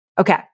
Okay